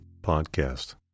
podcast